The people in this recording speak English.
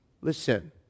Listen